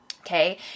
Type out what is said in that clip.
okay